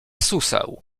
suseł